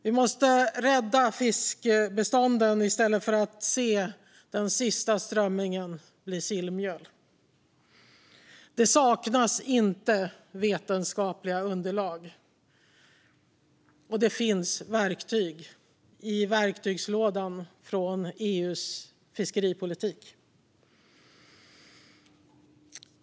Vi måste rädda fiskbestånden i stället för att se den sista strömmingen bli sillmjöl. Det saknas inte vetenskapligt underlag, och det finns verktyg i verktygslådan från EU:s fiskeripolitik.